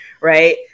Right